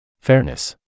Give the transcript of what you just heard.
Fairness